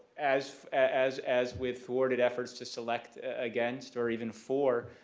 as as as with thwarted efforts to select against or even for